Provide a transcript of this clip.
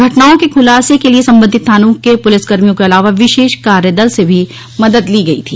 घटनाओं के खुलासे के लिए संबंधित थानों के पुलिस कर्मियों के अलावा विशेष कार्य दल से भी मदद ली गई थी